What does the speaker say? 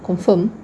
confirm